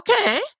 okay